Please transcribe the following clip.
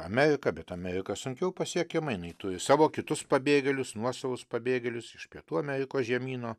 amerika bet amerika sunkiau pasiekiama jinai turi savo kitus pabėgėlius nuosavus pabėgėlius iš pietų amerikos žemyno